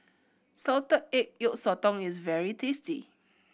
salted egg yolk sotong is very tasty